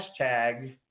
hashtag